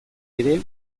ere